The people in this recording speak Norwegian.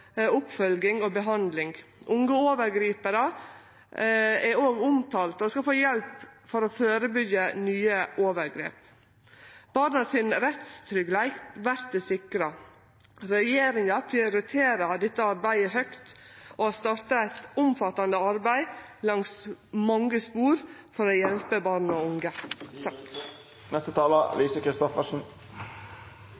oppfølging og behandling. Unge overgriparar er òg omtalte og skal få hjelp, for å førebyggje nye overgrep. Rettstryggleiken til barna vert sikra. Regjeringa prioriterer dette arbeidet høgt og har starta eit omfattande arbeid langs mange spor for å hjelpe barn og unge.